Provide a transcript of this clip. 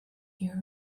year